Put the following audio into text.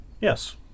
Yes